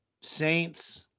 Saints